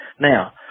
Now